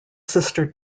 sister